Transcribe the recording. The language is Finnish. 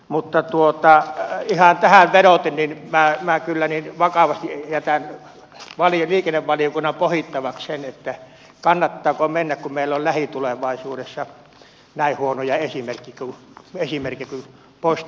mutta ihan tähän vedoten minä kyllä vakavasti jätän liikennevaliokunnan pohdittavaksi sen kannattaako mennä kun meillä on lähitulevaisuudessa näin huono esimerkki kuin postin kilpailuttaminen